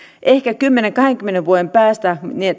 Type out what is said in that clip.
ehkä kymmenen viiva kahdenkymmenen vuoden päästä